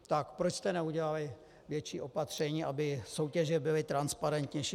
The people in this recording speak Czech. Tak proč jste neudělali větší opatření, aby soutěže byly transparentnější?